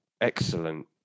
excellent